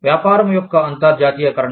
వ్యాపారం యొక్క అంతర్జాతీయకరణ